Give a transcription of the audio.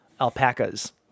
alpacas